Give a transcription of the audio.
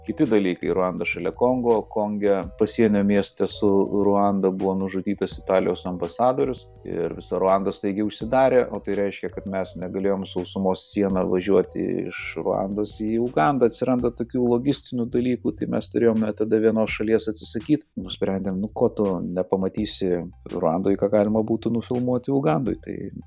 kiti dalykai ruanda šalia kongo konge pasienio mieste su ruanda buvo nužudytas italijos ambasadorius ir visa ruanda staigiai užsidarė o tai reiškia kad mes negalėjom sausumos siena važiuoti iš ruandos į ugandą atsiranda tokių logistinių dalykų tai mes turėjom ir tada vienos šalies atsisakyt nusprendėm nu ko tu nepamatysi ruandoj galima būtų nufilmuot ugandoj tai